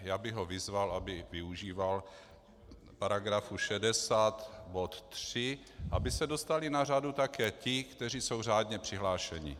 Já bych ho vyzval, aby využíval paragrafu 60 bod 3, aby se dostali na řadu také ti, kteří jsou řádně přihlášeni.